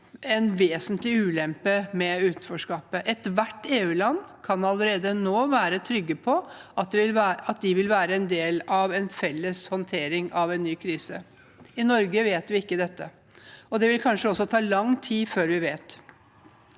en vesentlig ulempe med utenforskapet. Ethvert EU-land kan allerede nå være trygg på at de vil være en del av en felles håndtering av en ny krise. I Norge vet vi ikke dette, og det vil kanskje også ta lang tid før vi vet.